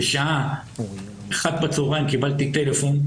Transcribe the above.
בשעה 13:00 קיבלתי טלפון.